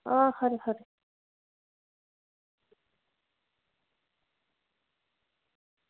ओह् खरी खरी